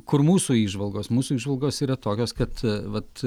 kur mūsų įžvalgos mūsų įžvalgos yra tokios kad vat